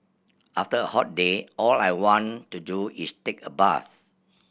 after a hot day all I want to do is take a bath